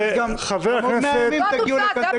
איתן --- עוד 100 ימים תגיעו לכאן,